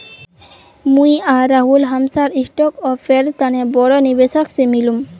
मुई आर राहुल हमसार स्टार्टअपेर तने बोरो निवेशक से मिलुम